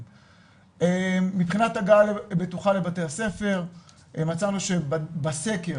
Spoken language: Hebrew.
מבחינת הגעה בטוחה לבתי הספר מצאנו בסקר